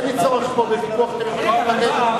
הצטרפת לספסלי קדימה?